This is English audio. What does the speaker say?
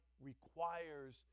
requires